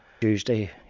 tuesday